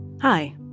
Hi